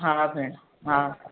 हा भेण हा हा